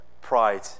Pride